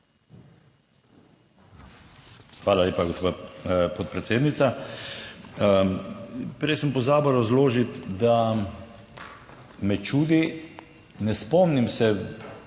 Hvala lepa, gospa podpredsednica. Prej sem pozabil razložiti, da me čudi, ne spomnim se